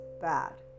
bad